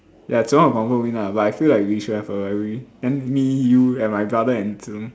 ya Zhi-Rong will confirm win ah but I feel like we should have a rivalry then me you and my brother and Zhi-Rong